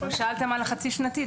לא שאלתם על החצי-שנתית.